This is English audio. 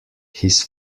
his